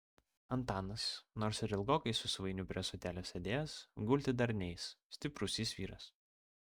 antanas nors ir ilgokai su svainiu prie ąsotėlio sėdėjęs gulti dar neis stiprus jis vyras